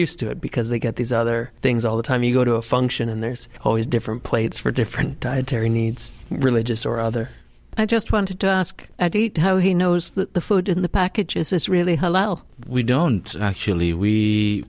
used to it because they get these other things all the time you go to a function and there's always different plates for different dietary needs religious or other i just wanted to ask how he knows that the food in the package is this really how well we don't actually we